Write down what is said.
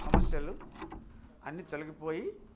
సమస్యలు అన్నీ తొలగిపోయి